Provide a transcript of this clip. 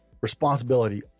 responsibility